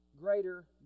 greater